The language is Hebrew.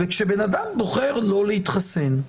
וכשבן אדם בוחר לא להתחסן,